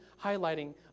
highlighting